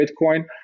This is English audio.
Bitcoin